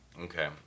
Okay